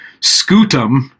scutum